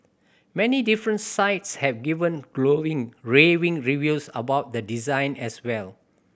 many different sites have given glowing raving reviews about the design as well